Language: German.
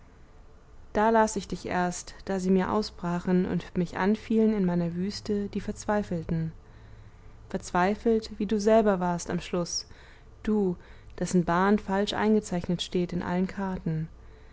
da las ich dich erst da sie mir ausbrachen und mich anfielen in meiner wüste die verzweifelten verzweifelt wie du selber warst am schluß du dessen bahn falsch eingezeichnet steht in allen karten